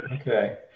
Okay